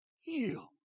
Heal